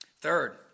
Third